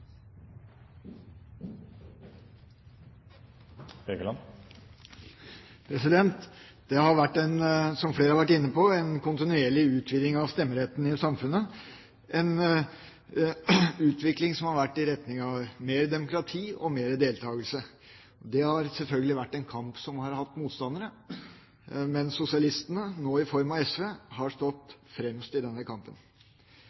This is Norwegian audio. stemmeretten. Det har, som flere har vært inne på, vært en kontinuerlig utviding av stemmeretten i samfunnet, en utvikling som har gått i retning av mer demokrati og mer deltakelse. Det har selvfølgelig vært en kamp som har hatt motstandere, mens sosialistene, nå i form av SV, har